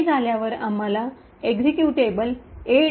हे झाल्यावर आम्हाला एक्झिक्युटेबल a